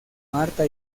marta